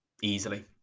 easily